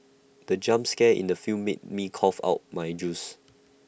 the jump scare in the film made me cough out my juice